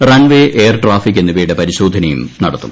runway air traffic എന്നിവയുടെ പരിശോധനയും നടത്തും